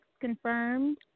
confirmed